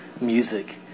Music